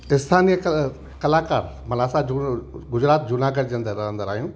इस्थानीअ क कलाकार माना असां जू गुजरात जूनागढ़ जा रहंदड़ आहियूं